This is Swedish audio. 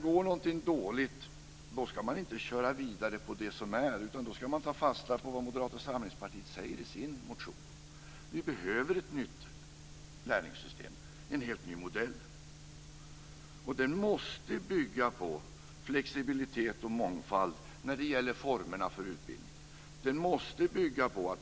Går någonting dåligt ska man inte köra vidare med det, utan då ska man ta fasta på vad Moderata samlingspartiet säger i sin motion. Vi behöver ett nytt lärlingssystem - en helt ny modell. Den måste bygga på flexibilitet och mångfald när det gäller formerna för utbildningen.